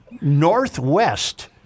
Northwest